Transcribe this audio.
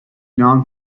non